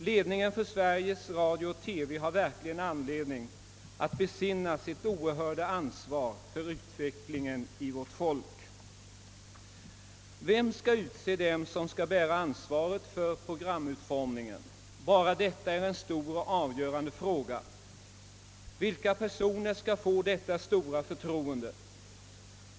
Ledningen för Sveriges Radio—TV har verkligen anledning att besinna sitt oerhörda ansvar för utvecklingen av vårt folk. Vem skall utse dem som skall bära ansvaret för programutformningen? Bara detta är en stor och avgörande fråga. Vilka personer skall få detta stora förtroende?